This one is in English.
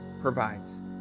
provides